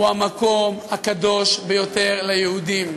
הוא המקום הקדוש ביותר ליהודים,